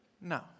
No